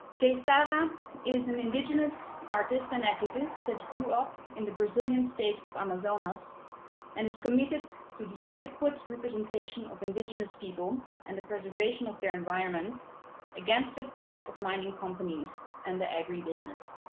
kay sara is an indigenous artist and activist that grew up in the brazilian state of amazonas and is committed to the adequate representation of indigenous people and the preservation of their environment against the threat of mining companies and the agribusiness.